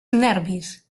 nervis